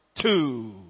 two